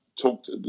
talked